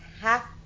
half